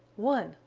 one!